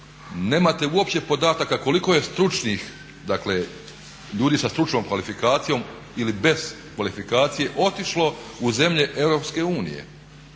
Nemate uopće podataka koliko je stručnih dakle ljudi sa stručnom kvalifikacijom ili bez kvalifikacije otišlo u zemlje Europske unije.